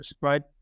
right